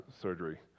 surgery